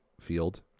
field